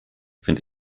sind